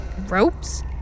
Ropes